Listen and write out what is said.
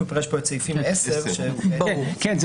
הוא פירש את סעיף 10... כן,